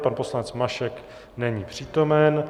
Pan poslanec Mašek není přítomen.